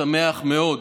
משמח מאוד.